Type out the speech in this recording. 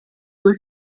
due